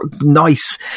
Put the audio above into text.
nice